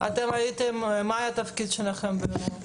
מה היה התפקיד שלכם באירוע?